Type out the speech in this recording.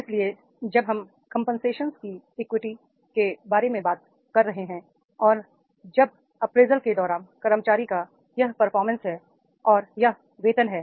इसलिए जब हम कंपनसेशन की इक्विटी के बारे में बात कर रहे हैं और जब अप्रेजल के दौरान कर्मचारी का यह परफॉर्मेंस है और यह वेतन है